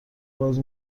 باز